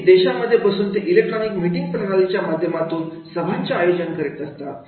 विविध देशांमध्ये बसून ते इलेक्ट्रॉनिक मीटिंग प्रणालीच्या माध्यमातून सभांचे आयोजन करत असतात